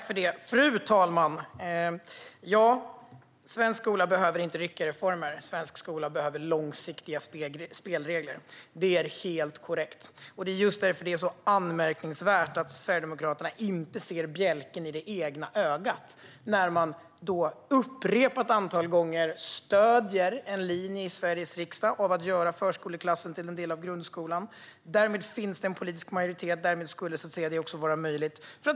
Fru talman! Ja, att svensk skola inte behöver ryckiga reformer utan långsiktiga spelregler är helt korrekt. Det är just därför det är så anmärkningsvärt att Sverigedemokraterna inte ser bjälken i det egna ögat. Ett antal gånger stöder man i Sveriges riksdag en linje där förskoleklassen görs till en del av grundskolan, vilket innebär att det finns en politisk majoritet och att detta därmed skulle vara möjligt.